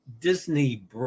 Disney